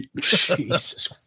jesus